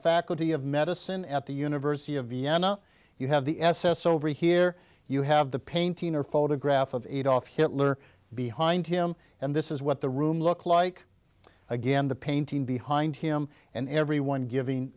faculty of medicine at the university of vienna you have the s s over here you have the painting or photograph of adolf hitler behind him and this is what the room looked like again the painting behind him and everyone giving